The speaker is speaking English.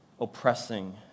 oppressing